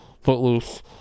Footloose